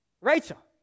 Rachel